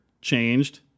changed